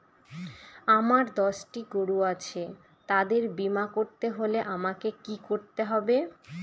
আমার দশটি গরু আছে তাদের বীমা করতে হলে আমাকে কি করতে হবে?